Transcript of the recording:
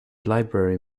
library